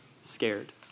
scared